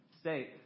state